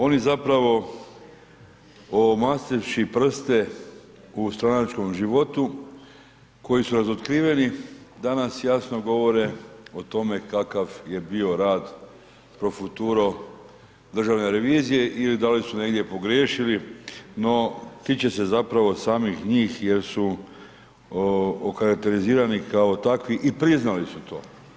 Oni zapravo omastivši prste u stranačkom životu koji su razotkriveni, danas jasno govore o tome kakav je bio rad pro futuro Državne revizije ili da li su negdje pogriješili no tiče se zapravo samih njih jer su okarakterizirani kao takvi i priznali su to.